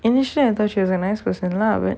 initial I thought she was a nice person lah அவ:ava